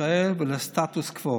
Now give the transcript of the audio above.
ישראל והסטטוס קוו.